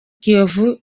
kiyovu